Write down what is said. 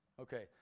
Okay